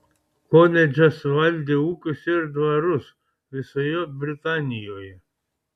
koledžas valdė ūkius ir dvarus visoje britanijoje